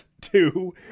two